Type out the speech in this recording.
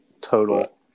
total